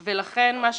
ולכן מה שחשוב,